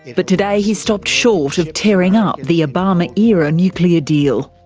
but today he stopped short of tearing up the obama era nuclear deal.